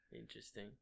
interesting